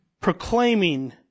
proclaiming